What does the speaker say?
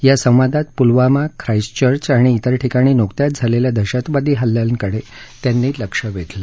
या संवादात Pulwama Christchurch आणि तिर ठिकाणी नुकत्याच झालेल्या दहशतवादी हल्ल्यांकडे लक्ष वेधलं